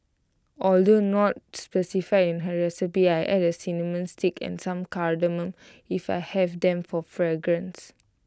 although not specified in her recipe I add A cinnamon stick and some cardamom if I have them for fragrance